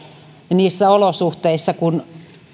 niissä olosuhteissa kun